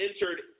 entered